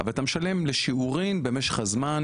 אבל אתה משלם לשיעורין במשך הזמן